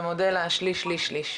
במודל ה-שליש/שליש/שליש.